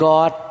God